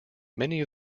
many